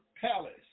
palace